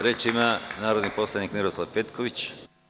Reč ima narodni poslanik Miroslav Petković.